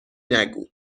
نگو